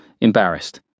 embarrassed